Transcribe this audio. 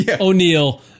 O'Neill